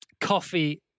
coffee